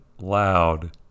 loud